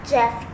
Jeff